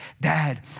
Dad